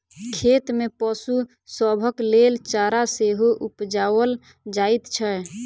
खेत मे पशु सभक लेल चारा सेहो उपजाओल जाइत छै